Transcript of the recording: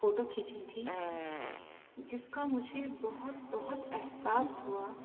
photo کھینچی تھی جس کا مجھے بہت بہت احساس ہوا